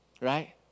right